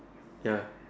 ya